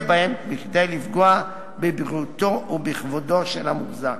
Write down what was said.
בהם כדי לפגוע בבריאותו ובכבודו של המוחזק.